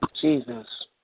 Jesus